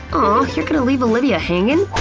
you're gonna leave olivia hangin'?